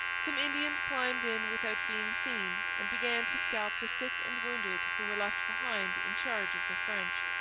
some indians climbed in without being seen and began to scalp the sick and wounded who were left behind in charge of the french.